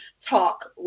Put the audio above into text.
talk